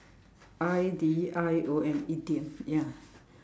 I D I O M idiom ya